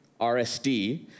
RSD